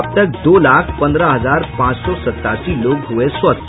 अब तक दो लाख पंद्रह हजार पांच सौ सतासी लोग हुए स्वस्थ